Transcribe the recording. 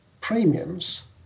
premiums